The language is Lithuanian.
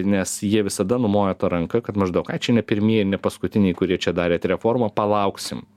nes jie visada numoja ta ranka kad maždaug ai čia ne pirmieji ir ne paskutiniai kurie čia darėt reformą palauksim